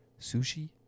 sushi